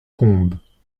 combes